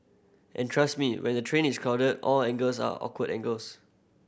and trust me when the train is crowded all angles are awkward angles